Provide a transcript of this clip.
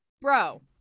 Bro